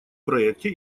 проекте